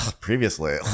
Previously